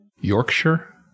Yorkshire